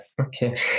okay